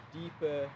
deeper